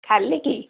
ଖାଲି କି